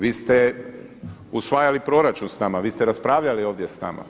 Vi ste usvajali proračun s nama, vi ste raspravljali ovdje s nama.